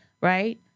right